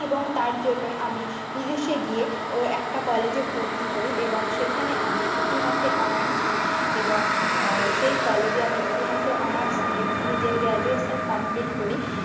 এবং তার জন্যই আমি বিদেশে গিয়েও একটা কলেজে ভর্তি হই এবং সেখানে আমি ইতিহাসে অনার্স নিই এবং সেই কলেজে আমি ইতিহাসে অনার্স নিয়ে নিজের গ্র্যাজুয়েশান কমপ্লিট করি